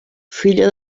filla